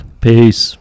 peace